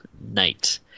Knight